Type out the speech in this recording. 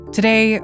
Today